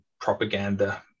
propaganda